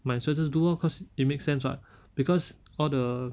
might as well just do orh cause it makes sense [what] because all the